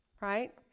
right